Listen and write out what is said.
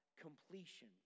completion